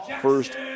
first